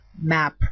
map